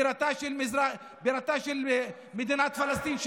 בירתה של מדינת פלסטין.